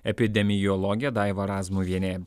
epidemiologė daiva razmuvienė